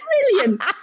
Brilliant